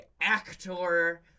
actor